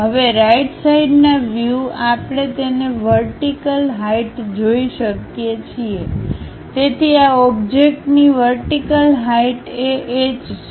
હવે રાઈટ સાઈડના વ્યૂ આપણે તેની વર્ટિકલ હાઈટ જોઈ શકીએ છીએ તેથી આ ઓબ્જેક્ટની વર્ટિકલ હાઈટ એ H છે